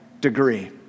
degree